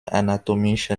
anatomischer